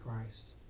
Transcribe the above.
Christ